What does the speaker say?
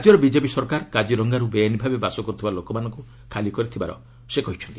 ରାଜ୍ୟର ବିଜେପି ସରକାର କାଜିରଙ୍ଗାରୁ ବେଆଇନ୍ ଭାବେ ବାସ କରୁଥିବା ଲୋକଙ୍କୁ ଖାଲି କରିଥିବାର ସେ କହିଛନ୍ତି